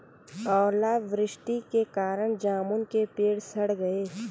ओला वृष्टि के कारण जामुन के पेड़ सड़ गए